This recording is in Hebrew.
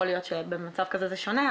יכול להיות שבמצב כזה זה שונה.